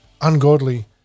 ungodly